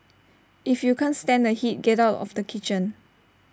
if you can't stand the heat get out of the kitchen